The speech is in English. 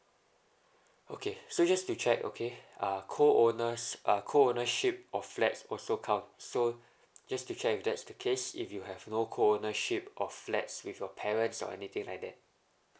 okay so just to check okay uh co owners uh co ownership of flats also count so just to check if that's the case if you have no co ownership of flats with your parents or anything like that